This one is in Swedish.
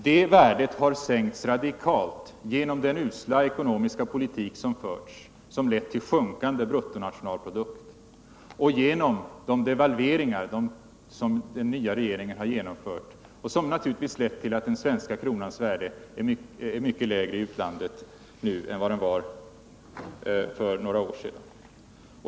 Det värdet har sänkts radikalt genom den usla ekonomiska politik som förts och som lett till sjunkande bruttonationalprodukt och genom de devalveringar som den nya regeringen har genomfört, som naturligtvis har lett till att den svenska kronans värde är mycket lägre i utlandet nu än för några år sedan.